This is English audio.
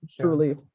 Truly